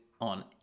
on